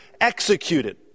executed